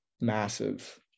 Massive